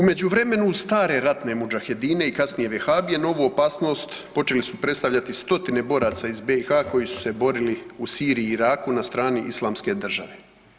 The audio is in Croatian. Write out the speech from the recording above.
U međuvremenu stare ratne mudžahedine i kasnije vehabije, novu opasnost počeli su predstavljati stotine boraca iz BiH koji su se borili u Siriji i Iraku na strani Islamske države.